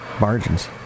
margins